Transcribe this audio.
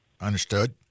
Understood